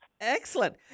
excellent